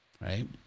Right